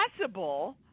possible